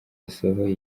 yasohoye